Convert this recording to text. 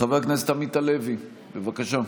חבר הכנסת עמית הלוי, בבקשה.